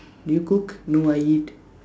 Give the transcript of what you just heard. do you cook no I eat